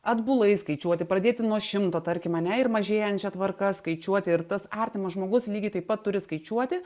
atbulai skaičiuoti pradėti nuo šimto tarkim ane ir mažėjančia tvarka skaičiuoti ir tas artimas žmogus lygiai taip pat turi skaičiuoti